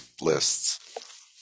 lists